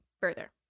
further